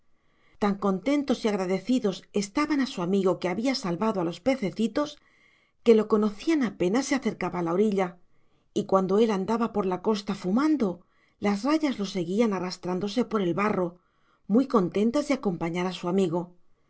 tan contentos y agradecidos estaban a su amigo que había salvado a los pececitos que lo conocían apenas se acercaba a la orilla y cuando él andaba por la costa fumando las rayas lo seguían arrastrándose por el barro muy contentas de acompañar a su amigo